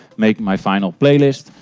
make my final playlist.